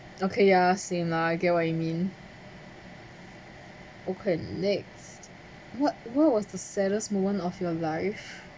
okay ya same lah I get what you mean open next what what was the saddest moment of your life